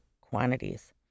quantities